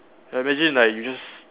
like imagine like you just